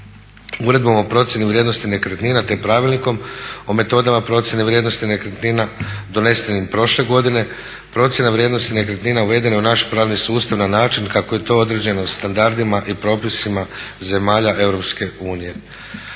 Uredbom o procjeni vrijednosti nekretnina te pravilnikom o metodama procjene vrijednosti nekretnina donesenim prošle godine procjena vrijednosti nekretnina uvedena je u naš pravni sustav na način kako je to određeno standardima i propisima zemalja